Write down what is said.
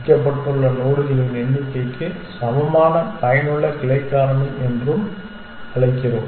பிரிக்கப்பட்டுள்ள நோடுகளின் எண்ணிக்கைக்கு சமமான பயனுள்ள கிளை காரணி என்று அழைக்கிறோம்